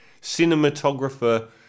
cinematographer